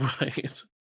right